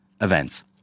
events